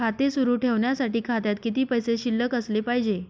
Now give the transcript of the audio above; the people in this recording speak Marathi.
खाते सुरु ठेवण्यासाठी खात्यात किती पैसे शिल्लक असले पाहिजे?